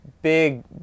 big